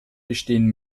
bestehen